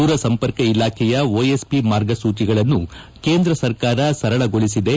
ದೂರಸಂಪರ್ಕ ಇಲಾಖೆಯ ಒಎಸ್ಪಿ ಮಾರ್ಗಸೂಚಿಗಳನ್ನು ಕೇಂದ್ರ ಸರ್ಕಾರ ಸರಳಗೊಳಿಸಿದೆ